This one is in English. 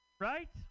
right